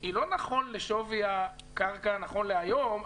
היא לא נכון לשווי הקרקע נכון להיום,